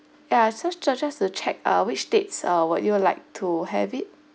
ya so just to check uh which dates uh would you like to have it